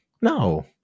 No